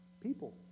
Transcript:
people